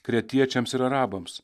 kretiečiams ir arabams